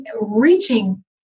reaching